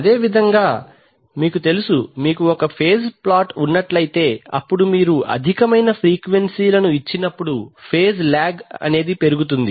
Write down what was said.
అదేవిధంగా మీకు తెలుసుమీకు ఒక ఫేజ్ ప్లాట్ ఉన్నట్లైతే అప్పుడు మీరు అధికమైన ఫ్రీక్వెన్సీ లను ఇచ్చినపుడు ఫేజ్ లాగ్ పెరుగుతుంది